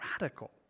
radical